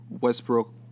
Westbrook